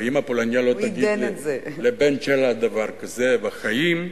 ואמא פולנייה לא תגיד לבן שלה דבר כזה בחיים.